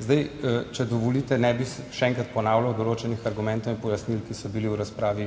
vse. Če dovolite, ne bi še enkrat ponavljal določenih argumentov in pojasnil, ki so bili v razpravi